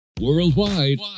worldwide